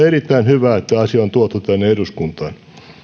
erittäin hyvä että asia on tuotu tänne eduskuntaan